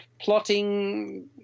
plotting